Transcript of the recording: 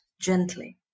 gently